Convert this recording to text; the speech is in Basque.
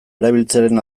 erabiltzearen